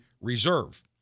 Reserve